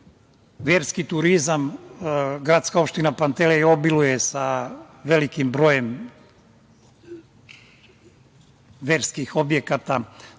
put. Verski turizam. Gradska opština Pantelej obiluje sa velikim brojem verskih objekata,